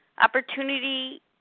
Opportunity